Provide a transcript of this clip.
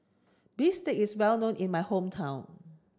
Bistake is well known in my hometown